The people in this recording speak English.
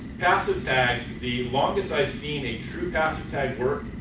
passive tags, the longest i've seen, a true passive tag work,